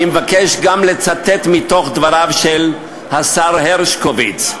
אני מבקש גם לצטט מדבריו של השר הרשקוביץ,